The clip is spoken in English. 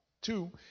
Two